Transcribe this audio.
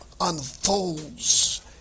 unfolds